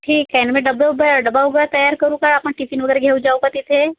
ठीक आहे नं मी डब्बा वुब्बा डब्बा वुब्बा तयार करू का आपण टिफिन वगैरे घेऊ जाऊ का तिथे